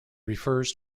refers